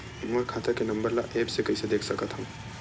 मोर खाता के नंबर ल एप्प से कइसे देख सकत हव?